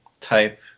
type